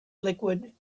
liquid